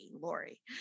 Lori